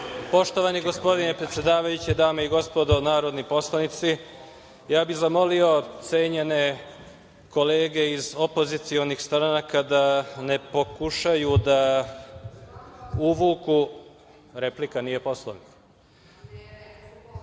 Poštovani gospodine predsedavajući, dame i gospodo narodni poslanici, ja bih zamolio cenjene kolege iz opozicionih stranaka da ne pokušavaju da uvuku…Replika, nije Poslovnik,